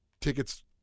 tickets